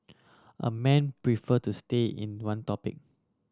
a men prefer to stay in one topic